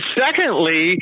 secondly